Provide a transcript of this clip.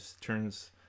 turns